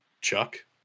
Chuck